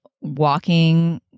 walking